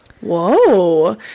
Whoa